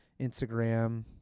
Instagram